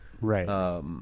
Right